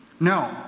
no